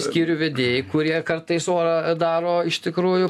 skyrių vedėjai kurie kartais orą daro iš tikrųjų